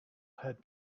had